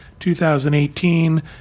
2018